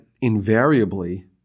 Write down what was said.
invariably